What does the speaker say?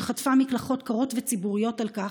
שחטפה מקלחות קרות וציבוריות על כך,